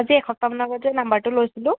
আজি এসপ্তাহমান আগত যে নাম্বাৰটো লৈছিলোঁ